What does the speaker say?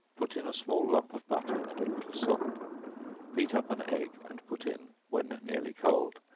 put in a small lump of butter and a little salt beat up an egg and put in, when nearly cold,